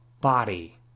body